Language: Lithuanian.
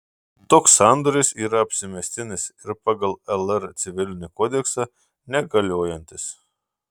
toks sandoris yra apsimestinis ir pagal lr civilinį kodeksą negaliojantis